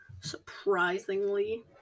surprisingly